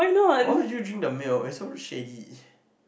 why would you drink the milk it's so shaddy